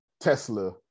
Tesla